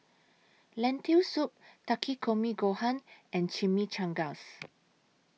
Lentil Soup Takikomi Gohan and Chimichangas